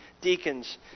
deacons